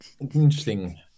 interesting